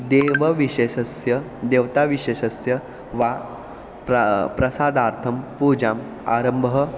देवविशेषस्य देवताविशेषस्य वा प्राक् प्रसादार्थं पूजायाः आरम्भः